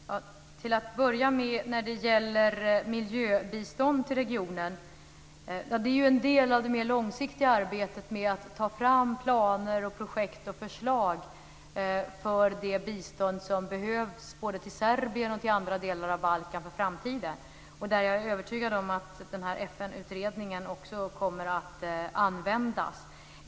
Fru talman! Till att börja med vill jag när det gäller miljöbistånd till regionen säga att det är en del av det mer långsiktiga arbetet med att ta fram planer, projekt och förslag för det bistånd som behövs både till Serbien och till andra delar av Balkan för framtiden. Jag är övertygad om att FN-utredningen också kommer att användas.